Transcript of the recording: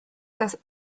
das